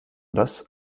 das